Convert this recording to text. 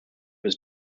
was